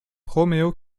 romeo